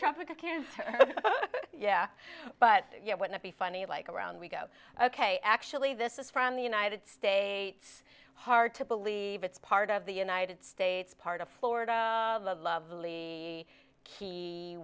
tropic of cancer yeah but you know what might be funny like around we go ok actually this is from the united states hard to believe it's part of the united states part of florida lovely key